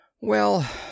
Well